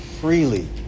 freely